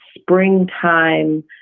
springtime